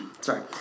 Sorry